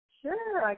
sure